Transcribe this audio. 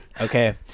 Okay